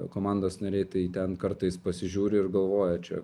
komandos nariai tai ten kartais pasižiūri ir galvoja čia